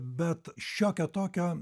bet šiokio tokio